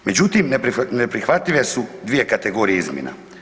Međutim, neprihvatljive su dvije kategorije izmjena.